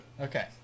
Okay